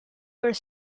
were